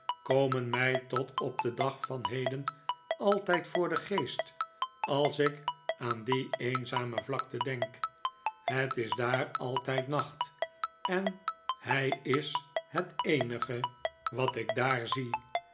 komen mij tot op den dag van heden altijd voor den geest als ik aan die eenzame vlakte denk het is daar altijd nacht en hij is het eenige wat ik daar zie